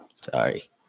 Sorry